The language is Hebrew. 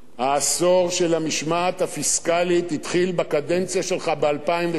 העשור של המשמעת הפיסקלית התחיל בקדנציה שלך ב-2003.